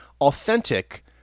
authentic